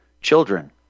children